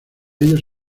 ellos